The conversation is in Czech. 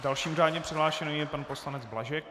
Dalším řádně přihlášeným je pan poslanec Blažek.